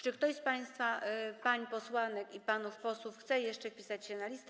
Czy ktoś z państwa, pań posłanek i panów posłów, chce jeszcze wpisać się na listę?